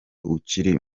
ukiri